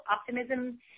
optimism